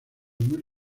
muy